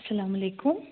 سَلام علیکُم